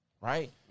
right